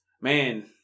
man